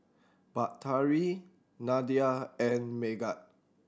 Batari Nadia and Megat